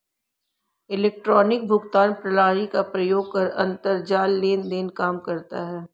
electronic भुगतान प्रणाली का प्रयोग कर अंतरजाल लेन देन काम करता है